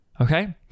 okay